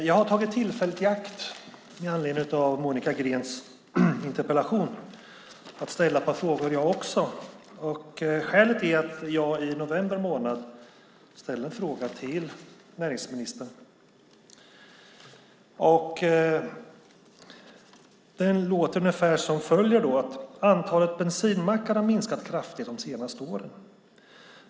Fru talman! Med anledning av Monica Greens interpellation har jag tagit tillfället i akt att ställa ett par frågor, jag också. Skälet är att jag i november månad ställde en fråga till näringsministern, ungefär enligt följande: Antalet bensinmackar har minskat kraftigt de senaste åren.